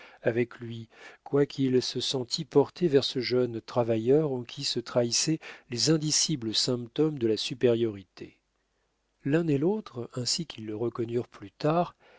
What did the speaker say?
avec lui quoiqu'il se sentît porté vers ce jeune travailleur en qui se trahissaient les indicibles symptômes de la supériorité l'un et l'autre ainsi qu'ils le reconnurent plus tard